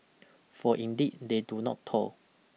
for indeed they do not toil